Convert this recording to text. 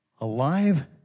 Alive